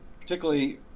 particularly